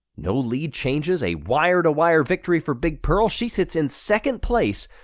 no lead changes, a wire-to-wire victory for big pearl. she sits in second place,